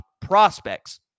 prospects